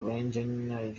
reyntjens